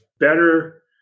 better